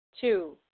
Two